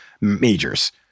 majors